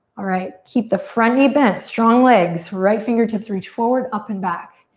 alright, keep the front knee bent. strong legs, right fingertips reach forward, up and back.